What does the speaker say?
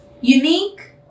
Unique